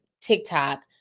TikTok